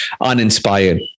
uninspired